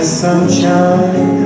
sunshine